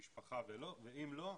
משפחה, ואם לא,